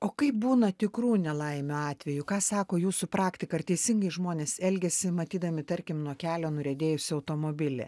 o kai būna tikrų nelaimių atvejų ką sako jūsų praktika ar teisingai žmonės elgiasi matydami tarkim nuo kelio nuriedėjusį automobilį